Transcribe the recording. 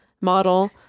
model